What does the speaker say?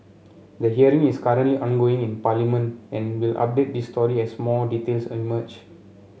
the hearing is currently ongoing in Parliament and we'll update this story as more details emerge